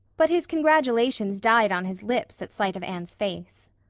but his congratulations died on his lips at sight of anne's face.